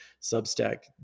Substack